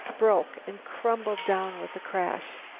broke and crumpled down with a crash.